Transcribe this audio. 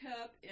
cup